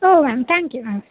हो ma'am thank you ma'am